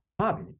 hobby